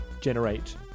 generate